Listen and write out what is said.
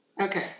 Okay